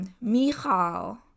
Michal